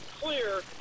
clear